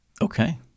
Okay